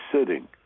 sitting